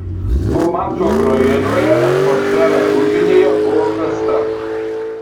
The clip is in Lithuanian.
po mačo ukrainoje atmosfera rūbinėje buvo prasta